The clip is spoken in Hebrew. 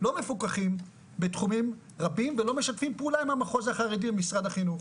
לא מפוקחים בתחומים רבים ולא משתפים פעולה עם המחוז החרדי במשרד החינוך,